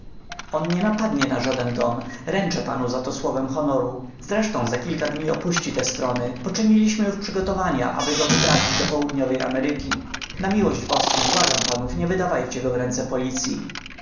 on nie napadnie na żaden dom ręczę panu za to słowem honoru zresztą za kilka dni opuści te strony poczyniliśmy już przygotowania aby go wyprawić do południowej ameryki na miłość boską błagam panów nie wydawajcie go w ręce policyi